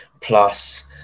plus